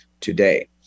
today